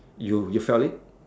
you you fell it